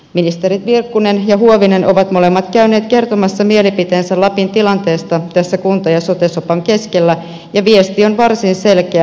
ministerit virkkunen ja huovinen ovat molemmat käyneet kertomassa mielipiteensä lapin tilanteesta tässä kunta ja sote sopan keskellä ja viesti on varsin selkeä